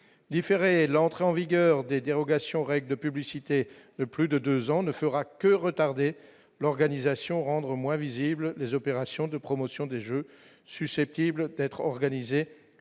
différer l'entrée en vigueur des dérogations aux règles de publicité plus de 2 ans, ne fera que retarder l'organisation rendre moins visibles, les opérations de promotion des jeux susceptibles d'être organisé